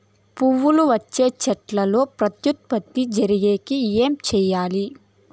పూలు వచ్చే చెట్లల్లో ప్రత్యుత్పత్తి జరిగేకి ఏమి చేయాలి?